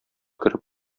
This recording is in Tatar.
кереп